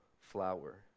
flower